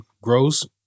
grows